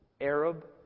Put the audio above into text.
Arab